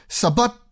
sabat